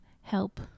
help